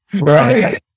right